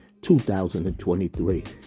2023